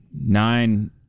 nine